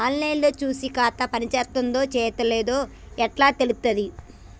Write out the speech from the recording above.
On line లో చూసి ఖాతా పనిచేత్తందో చేత్తలేదో ఎట్లా తెలుత్తది?